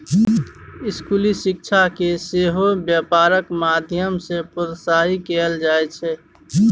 स्कूली शिक्षाकेँ सेहो बेपारक माध्यम सँ प्रोत्साहित कएल जाइत छै